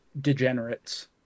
degenerates